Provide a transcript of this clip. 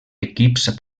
equips